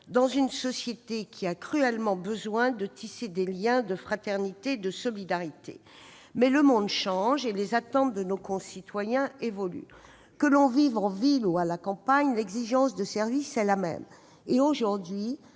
dans une société fracturée qui a cruellement besoin de tisser des liens de fraternité et de solidarité. Mais le monde change, et les attentes de nos concitoyens évoluent. Que l'on vive en ville ou à la campagne, l'exigence de services est la même. Aujourd'hui,